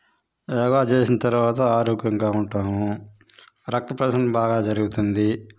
యోగా చేసిన తర్వాత ఆరోగ్యంగా ఉంటాము రక్త ప్రసరణ బాగా జరుగుతుంది